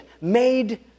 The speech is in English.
made